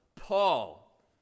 Paul